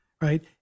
right